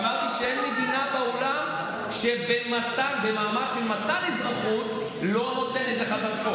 אמרתי שאין מדינה בעולם שבמעמד של מתן אזרחות לא נותנת לך דרכון.